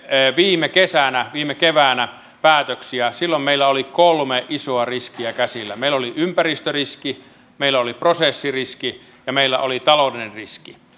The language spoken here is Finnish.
viime kesänä viime keväänä päätöksiä meillä oli kolme isoa riskiä käsillä meillä oli ympäristöriski meillä oli prosessiriski ja meillä oli taloudellinen riski